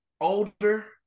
older